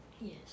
Yes